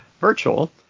virtual